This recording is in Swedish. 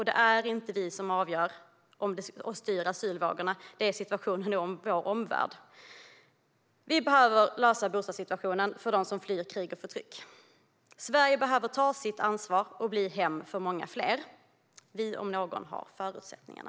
Det är inte vi som avgör och styr asylvågorna; det är situationen i vår omvärld. Vi behöver lösa bostadssituationen för dem som flyr krig och förtryck. Sverige behöver ta sitt ansvar och bli hem för många fler. Vi, om några, har förutsättningarna.